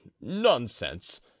nonsense